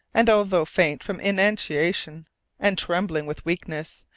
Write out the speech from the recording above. and although faint from inanition and trembling with weakness,